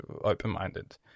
open-minded